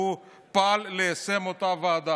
שהוא פעל ליישם את מסקנות אותה ועדה.